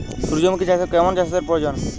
সূর্যমুখি চাষে কেমন সেচের প্রয়োজন?